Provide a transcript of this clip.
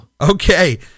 Okay